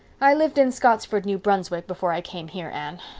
i lived in scottsford, new brunswick, before i came here, anne.